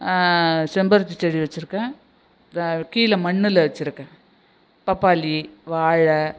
செம்பருத்தி செடி வச்சுருக்கேன் கீழே மண்ணில் வச்சுருக்கேன் பப்பாளி வாழை